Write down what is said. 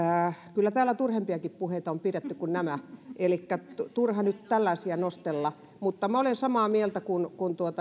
kyllä täällä turhempiakin puheita on pidetty kuin nämä elikkä turha on nyt tällaisia nostella mutta minä olen samaa mieltä kuin